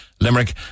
Limerick